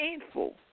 painful